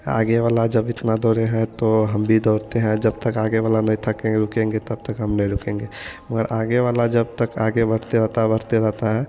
आगे वाला जब इतना दौड़े हैं तो हम भी दौड़ते हैं जब तक आगे वाला नहीं थके रुकेंगे तब तक हम नहीं रुकेंगे मगर आगे वाला जब तक आगे बढ़ते रहता बढ़ते रहता है